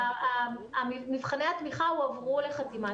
מבחני התמיכה הועברו לחתימת